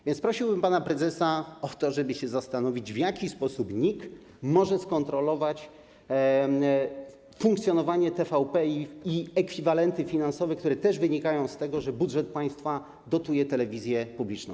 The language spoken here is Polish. A więc prosiłbym pana prezesa o to, żeby się zastanowił, w jaki sposób NIK może skontrolować funkcjonowanie TVP i te ekwiwalenty finansowe, które też wynikają z tego, że budżet państwa dotuje telewizję publiczną.